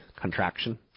contraction